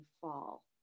fall